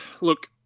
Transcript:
look